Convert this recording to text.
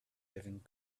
living